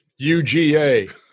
UGA